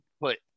put